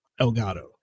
Elgato